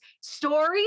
story